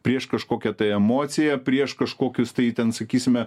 prieš kažkokią tai emociją prieš kažkokius tai ten sakysime